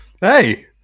Hey